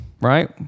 right